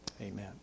amen